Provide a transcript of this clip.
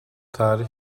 tarih